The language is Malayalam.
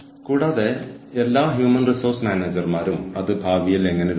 സ്ട്രാറ്റജിക് ഹ്യൂമൻ റിസോഴ്സ് മാനേജ്മെന്റ്ന് വിവിധ നിർവചനങ്ങൾ ഉണ്ട്